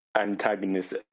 antagonist